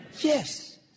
Yes